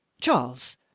charles